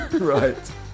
Right